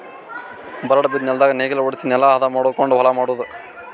ಬರಡ್ ಬಿದ್ದ ನೆಲ್ದಾಗ ನೇಗಿಲ ಹೊಡ್ಸಿ ನೆಲಾ ಹದ ಮಾಡಕೊಂಡು ಹೊಲಾ ಮಾಡದು